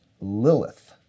Lilith